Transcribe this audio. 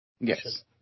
Yes